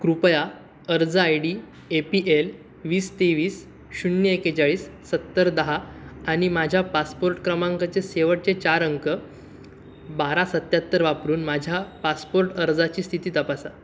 कृपया अर्ज I D A P L वीस तेवीस शून्य एक्केचाळीस सत्तर दहा आणि माझ्या पासपोर्ट क्रमांकाचे शेवटचे चार अंक बारा सत्याहत्तर वापरून माझ्या पासपोर्ट अर्जाची स्थिती तपासा